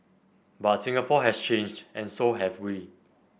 but Singapore has changed and so have we